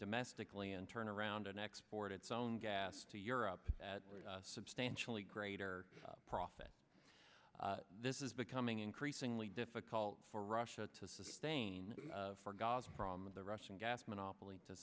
domestically and turn around and export its own gas to europe at substantially greater profit this is becoming increasingly difficult for russia to sustain for gaza from the russian gas monopoly to